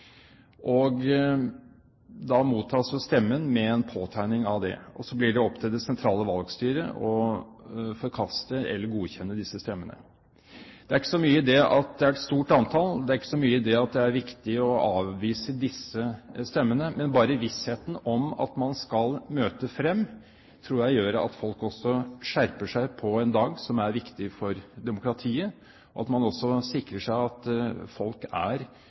Da mottas stemmen med en påtegning om det. Så blir det opp til det sentrale valgstyret å forkaste eller godkjenne disse stemmene. Det er ikke så mye det at det er et stort antall, eller at det er viktig å avvise disse stemmene, men bare vissheten om at man skal møte frem, tror jeg gjør at folk skjerper seg på en dag som er viktig for demokratiet, og at man også sikrer seg at folk er